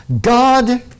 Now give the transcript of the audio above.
God